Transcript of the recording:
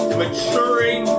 maturing